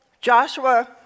Joshua